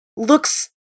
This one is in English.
looks